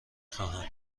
خواهند